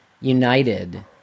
united